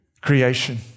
creation